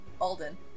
Alden